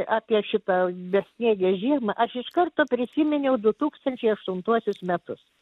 apie šitą besniegę žiemą aš iš karto prisiminiau du tūkstančiai aštuntuosius metus